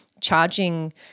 charging